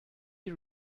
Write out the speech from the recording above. you